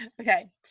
Okay